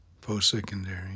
post-secondary